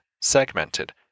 segmented